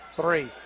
three